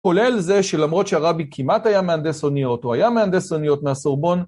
כולל זה שלמרות שהרבי כמעט היה מהנדס אוניות, הוא היה מהנדס אוניות מהסורבון.